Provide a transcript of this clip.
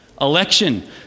election